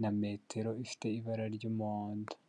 na metero ifite ibara ry'umuhodo.